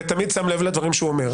ותמיד שם לב לדברים שהוא אומר.